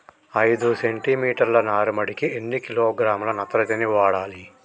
ఐదు సెంటిమీటర్ల నారుమడికి ఎన్ని కిలోగ్రాముల నత్రజని వాడాలి?